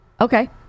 Okay